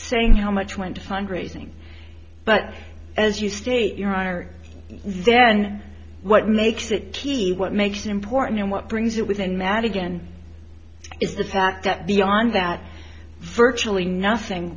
saying how much went to fundraising but as you state your honor then what makes it t v what makes an important and what brings it within madigan is the fact that beyond that virtually nothing